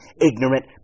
ignorant